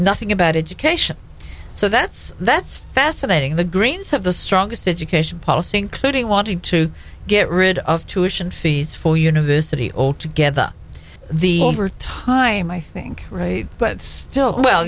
nothing about education so that's that's fascinating the greens have the strongest education policy including wanting to get rid of tuition fees for university altogether the over time i think but still well